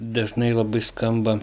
dažnai labai skamba